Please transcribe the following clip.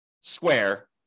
square